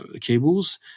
cables